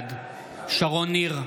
בעד שרון ניר,